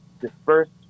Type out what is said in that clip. dispersed